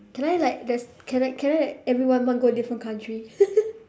can I like just can I can I like every one month go a different country